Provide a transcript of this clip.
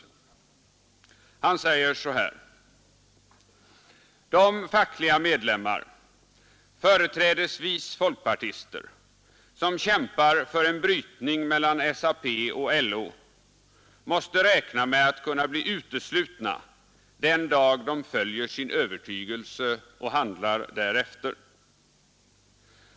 Jonsson säger att de fackliga medlemmar, företrädesvis folkpartister, som kämpar för en brytning mellan SAP och LO måste räkna med att kunna bli uteslutna den dag de följer sin övertygelse och handlar därefter.